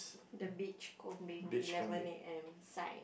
the beachcombing eleven A_M sign